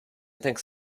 thinks